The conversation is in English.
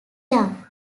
young